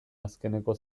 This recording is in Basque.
azkeneko